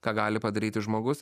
ką gali padaryti žmogus